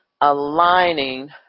aligning